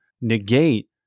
negate